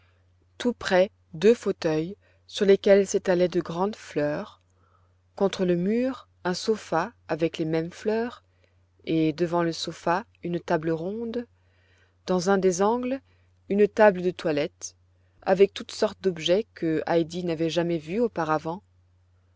tout près deux fauteuils sur lesquels s'étalaient de grandes fleurs contre le mur un sopha avec les mêmes fleurs et devant le sopha une table ronde dans un des angles une table de toilette avec toutes sortes d'objets que heidi n'avait jamais vus auparavant